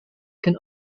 can